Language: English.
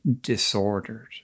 disordered